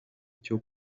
cyo